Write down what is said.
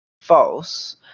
false